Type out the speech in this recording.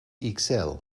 ixelles